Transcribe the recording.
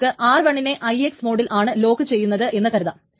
നമുക്ക് r1 നെ IX മോഡിൽ ആണ് ലോക്കുചെയ്യുന്നത് എന്ന് കരുതാം